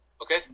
Okay